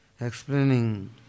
explaining